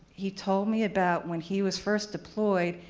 he told me about when he was first deployed,